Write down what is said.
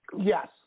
Yes